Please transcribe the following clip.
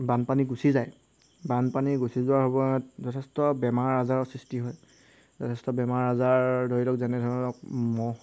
বানপানী গুচি যায় বানপানী গুচি যোৱাৰ সময়ত যথেষ্ট বেমাৰ আজাৰৰ সৃষ্টি হয় যথেষ্ট বেমাৰ আজাৰ ধৰি লওক যেনে ধৰণৰ মহ